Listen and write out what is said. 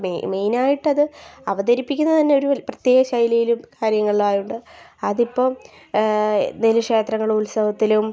May മെയ്നായിട്ടത് അവതരിപ്പിക്കുന്നത് തന്നെ ഒരു പ്രത്യേക ശൈലിയിലും കാര്യങ്ങളിലും ആയതു കൊണ്ട് അതിപ്പം വലിയ ക്ഷേത്രങ്ങളിൽ ഉത്സവത്തിലും